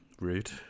Rude